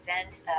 event